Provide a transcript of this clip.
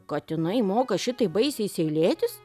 katinai moka šitaip baisiai seilėtis